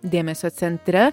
dėmesio centre